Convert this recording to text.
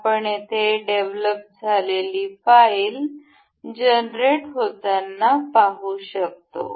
आपण येथे डेव्हलप झालेली फाईल जनरेट होताना पाहू शकतो